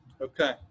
Okay